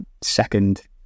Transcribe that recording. second